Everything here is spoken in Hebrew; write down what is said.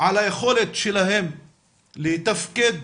על היכולת שלהם לתפקד